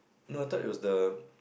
no I thought it was the